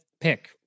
pick